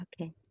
Okay